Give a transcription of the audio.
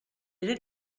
era